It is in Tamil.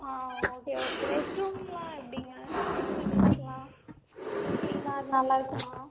ஓகே ஓகே ரெஸ்ட் ரூம்லாம் எப்படிங்க ஃபெசிலிட்டிஸ்லாம் கிளீன்னாக நல்லா இருக்குமா